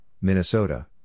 Minnesota